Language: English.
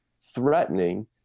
threatening